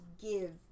give